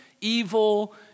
evil